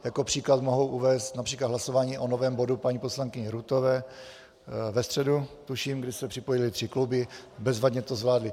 Jako příklad mohu uvést například hlasování o novém bodu paní poslankyně Rutové ve středu tuším, kdy se připojily tři kluby, bezvadně to zvládly.